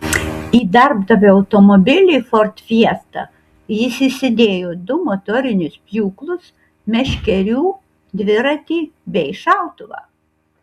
į darbdavio automobilį ford fiesta jis įsidėjo du motorinius pjūklus meškerių dviratį bei šautuvą